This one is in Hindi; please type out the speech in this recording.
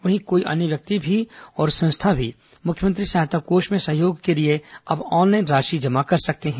वहीं अब कोई भी व्यक्ति और संस्था मुख्यमंत्री सहायता कोष में सहयोग को लिए अब ऑनलाइन राशि भी जमा कर सकते हैं